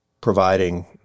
providing